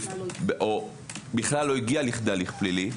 או בכלל לא הגיע לכדי הליך פלילי,